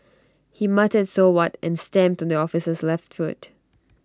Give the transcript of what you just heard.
he muttered so what and stamped on the officer's left foot